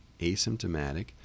asymptomatic